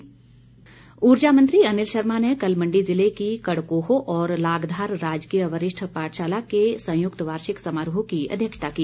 अनिल शर्मा ऊर्जा मंत्री अनिल शर्मा ने कल मंडी जिले की कड़कोह और लागधार राजकीय वरिष्ठ पाठशाला के सयुक्त वार्षिक समारोह की अध्यक्षता की